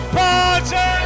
party